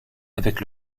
avec